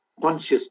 conscious